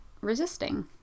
resisting